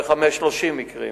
במקרים